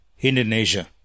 Indonesia